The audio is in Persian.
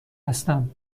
هستم